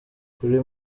kuri